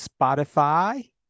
Spotify